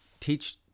teach